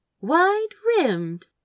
wide-rimmed